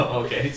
okay